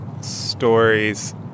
stories